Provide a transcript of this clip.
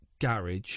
garage